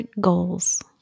goals